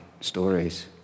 stories